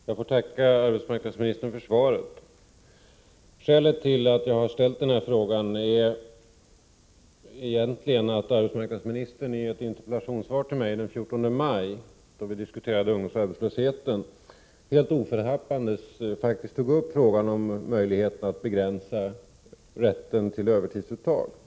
Fru talman! Jag ber att få tacka arbetsmarknadsministern för svaret. Skälet till att jag har ställt den här frågan är egentligen att arbetsmarknadsministern i ett interpellationssvar till mig den 14 maj i år, då vi diskuterade ungdomsarbetslösheten, helt oförhappandes faktiskt tog upp frågan om möjligheterna att begränsa rätten till övertidsuttag.